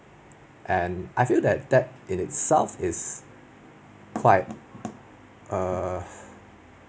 and I feel that that in itself it is quite err